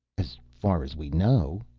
as far as we know.